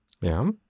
Ja